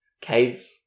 cave